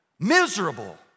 Miserable